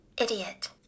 Idiot